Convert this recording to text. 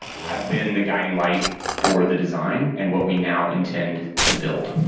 have been the guiding light for the design and what we now intend to build.